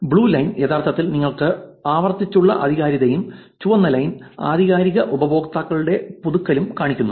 blue line യഥാർത്ഥത്തിൽ നിങ്ങൾക്ക് ആവർത്തിച്ചുള്ള ആധികാരികതയും ചുവന്ന ലൈൻ ആധികാരിക ഉപയോക്താക്കളുടെ പുതുക്കലും കാണിക്കുന്നു